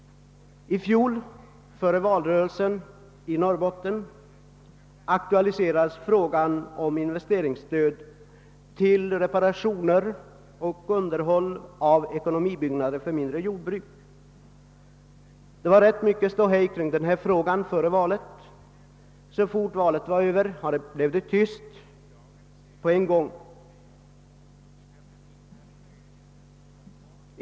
Före valrörelsen i fjol aktualiserades i Norrbotten frågan om investeringsstöd till reparationer och underhåll av det mindre jordbrukets ekonomibyggnader. Före valet var det ganska mycket ståhej kring den frågan, men så fort valet var över blev det alldeles tyst.